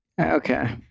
Okay